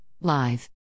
Live